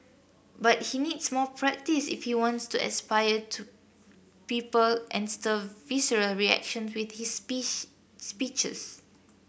but he needs more practise if he wants to inspire to people and stir visceral reaction with his speeches